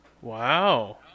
Wow